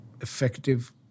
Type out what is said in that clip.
effective